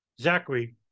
Zachary